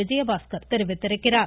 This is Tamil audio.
விஜயபாஸ்கர் தெரிவித்திருக்கிறார்